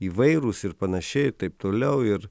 įvairūs ir panašiai ir taip toliau ir